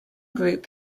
group